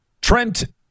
Trent